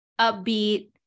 upbeat